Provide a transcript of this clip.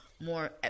More